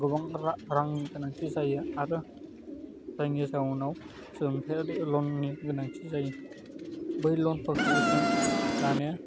गोबां रांनि गोनांथि जायो आरो जाइनि जाउनाव सोलोंथाइयारि लन नि गोनांथि जायो बै लन फोरखौ जों लानाया